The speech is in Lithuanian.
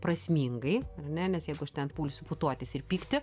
prasmingai ar ne nes jeigu aš ten pulsiu putotis ir pykti